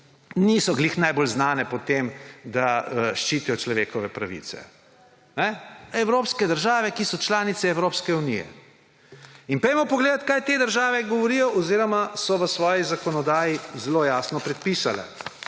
niso prav najbolj znane po tem, da ščitijo človekove pravice. Evropske države, ki so članice Evropske unije. Pojdimo pogledat, kaj so te države v svoji zakonodaji zelo jasno predpisale.